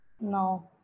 No